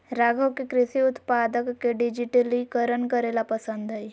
राघव के कृषि उत्पादक के डिजिटलीकरण करे ला पसंद हई